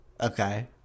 Okay